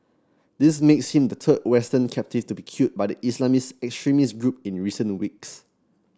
this makes him the third Western captive to be killed by the Islamist extremist group in recent weeks